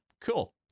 Cool